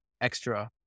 extra